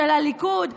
של הליכוד,